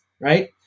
right